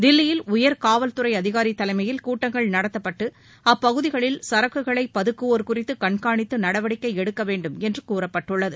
தில்லியில் உயர் காவல்துறை அதிகாரி தலைமையில் கூட்டங்கள் நடத்தப்பட்டு அப்பகுதிகளில் சரக்குகளை பதுக்குவோர் குறித்து கண்காணித்து நடவடிக்கை எடுக்க வேண்டும் என்று கூறப்பட்டுள்ளது